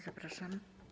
Zapraszam.